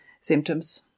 symptoms